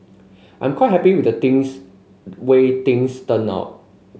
I'm quite happy with the things way things turned out